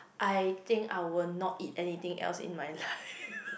I think I will not eat anything else in my life